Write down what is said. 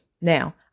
Now